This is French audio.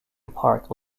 park